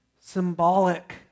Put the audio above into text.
symbolic